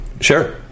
Sure